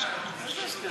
וקבוצת סיעת